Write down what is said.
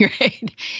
right